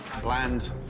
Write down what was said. Bland